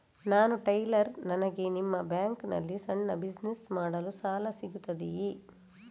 ನಾನು ಟೈಲರ್, ನನಗೆ ನಿಮ್ಮ ಬ್ಯಾಂಕ್ ನಲ್ಲಿ ಸಣ್ಣ ಬಿಸಿನೆಸ್ ಮಾಡಲು ಸಾಲ ಸಿಗುತ್ತದೆಯೇ?